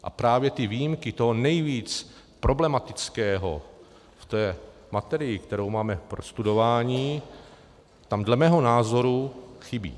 A právě ty výjimky toho nejvíc problematického v té materii, kterou máme k prostudování, tam dle mého názoru chybí.